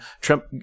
Trump